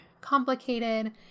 complicated